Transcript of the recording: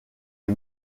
est